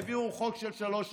העבירו חוק של שלוש שנים.